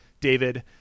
david